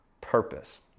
purpose